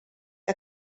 que